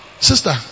Sister